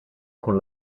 con